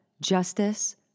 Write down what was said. justice